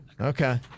Okay